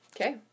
Okay